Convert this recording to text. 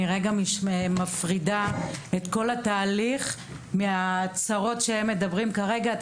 אני מפרידה את כל התהליך מהצרות שהם מדברים כרגע עליהן.